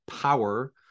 power